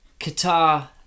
Qatar